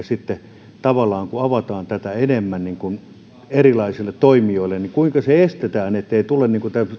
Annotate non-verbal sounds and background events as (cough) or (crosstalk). (unintelligible) sitten tavallaan tämmöistä pakkomyyntiä kun avataan tätä enemmän erilaisille toimijoille niin kuinka se estetään ettei tule